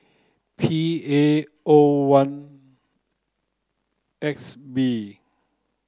P A O one X B